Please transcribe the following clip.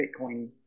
Bitcoin